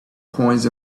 coins